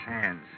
hands